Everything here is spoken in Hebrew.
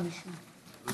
התשע"ח 2018,